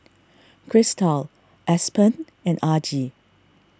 Kristal Aspen and Argie